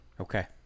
okay